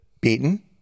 beaten